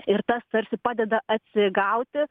ir tas tarsi padeda atsigauti